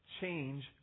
change